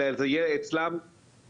אלא זה יהיה אצלם במשרד,